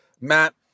Matt